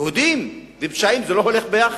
יהודים ופשעים זה לא הולך ביחד.